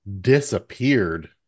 disappeared